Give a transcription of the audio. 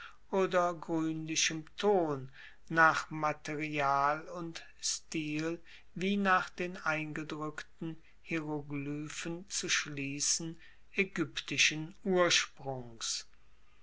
oder gruenlichem ton nach material und stil wie nach den eingedrueckten hieroglyphen zu schliessen aegyptischen ursprungs